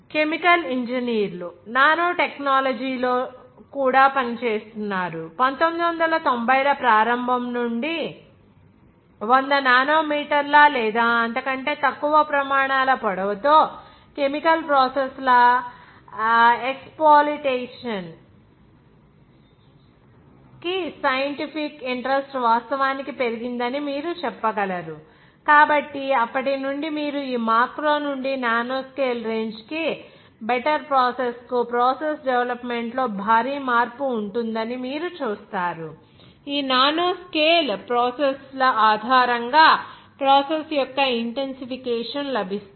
chemical ఇంజనీర్లు nano టెక్నాలజీలో కూడా పనిచేస్తారు 1990 ల ప్రారంభం నుండి 100 నానో మీటర్ల లేదా అంతకంటే తక్కువ ప్రమాణాల పొడవుతో కెమికల్ ప్రాసెస్ ల ఎక్స్ప్లాయిటేషన్ కి సైంటిఫిక్ ఇంట్రెస్ట్ వాస్తవానికి పెరిగిందని మీరు చెప్పగలరు కాబట్టి అప్పటి నుండి మీరు ఈ మాక్రో నుండి నానో స్కేలు రేంజ్ కి బెటర్ ప్రాసెస్ కు ప్రాసెస్ డెవలప్మెంట్ లో భారీ మార్పు ఉంటుందని మీరు చూస్తారు ఈ నానో స్కేలు ప్రాసెస్ ల ఆధారంగా ప్రాసెస్ యొక్క ఇంటెన్సిఫికేషన్ లభిస్తుంది